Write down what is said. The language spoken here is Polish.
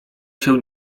się